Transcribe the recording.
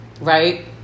right